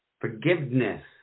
Forgiveness